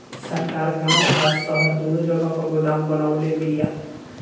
सरकार गांव आ शहर दूनो जगह पर गोदाम बनवले बिया